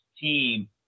team